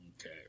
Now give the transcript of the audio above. Okay